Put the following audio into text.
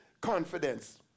confidence